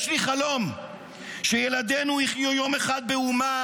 יש לי חלום שילדינו יחיו יום אחד באומה